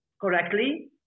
correctly